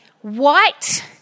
white